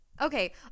okay